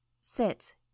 Sit